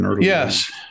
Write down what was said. Yes